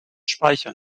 speichern